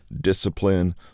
discipline